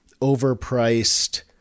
overpriced